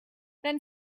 then